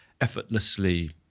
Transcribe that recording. effortlessly